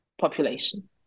Population